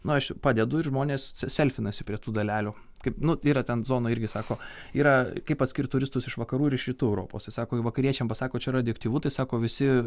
na aš padedu ir žmonės selfinasi prie tų dalelių kaip nu yra ten zonoj irgi sako yra kaip atskirt turistus iš vakarų ir iš rytų europos tai sako vakariečiam pasako čia radioktyvu tai sako visi